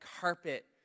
carpet